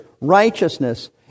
righteousness